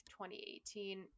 2018